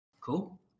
Cool